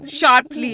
sharply